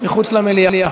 מחוץ למליאה.